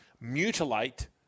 mutilate